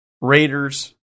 Raiders